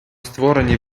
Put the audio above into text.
створені